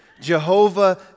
Jehovah